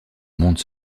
monde